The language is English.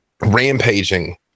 rampaging